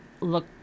look